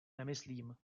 nemyslím